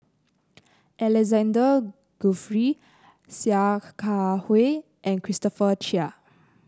Alexander Guthrie Sia Kah Hui and Christopher Chia